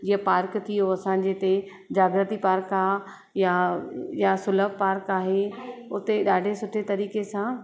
जीअं पार्क थी वियो असांजे हिते जागृती पार्क आहे या या सुलब पार्क आहे उते ॾाढे सुठे तरीक़े सां